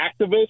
activists